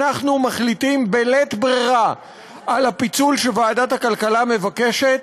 אנחנו מחליטים בלית ברירה על הפיצול שוועדת הכלכלה מבקשת.